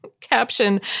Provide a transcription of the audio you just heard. caption